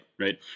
Right